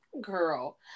Girl